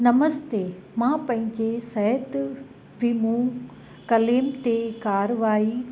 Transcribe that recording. नमस्ते मां पंहिंजे सिहत वीमों कलेम ते कारिवाई